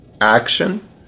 action